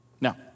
Now